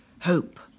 hope